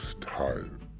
tired